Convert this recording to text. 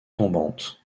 tombantes